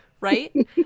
right